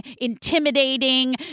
intimidating